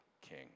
king